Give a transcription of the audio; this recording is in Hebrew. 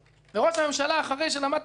ראש הממשלה אחרי שלמד את הסוגיה,